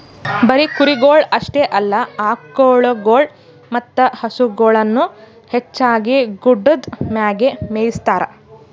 ಬರೀ ಕುರಿಗೊಳ್ ಅಷ್ಟೆ ಅಲ್ಲಾ ಆಕುಳಗೊಳ್ ಮತ್ತ ಹಸುಗೊಳನು ಹೆಚ್ಚಾಗಿ ಗುಡ್ಡದ್ ಮ್ಯಾಗೆ ಮೇಯಿಸ್ತಾರ